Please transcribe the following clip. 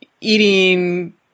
eating